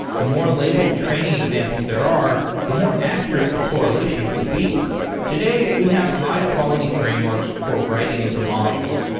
the more labelled training examples there are, the more accurate the correlations will be today we have high quality frameworks for writing the models.